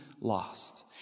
lost